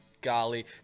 Golly